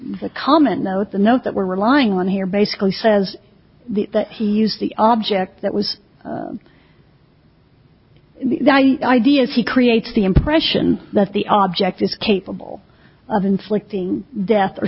the comment note the note that we're relying on here basically says that he used the object that was the i d s he creates the impression that the object is capable of inflicting death or